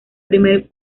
primer